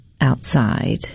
outside